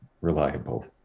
reliable